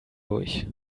durch